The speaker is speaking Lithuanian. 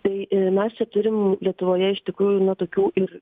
tai mes čia turim lietuvoje iš tikrųjų na tokių ir